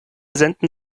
senden